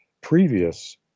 previous